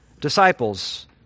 disciples